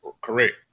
Correct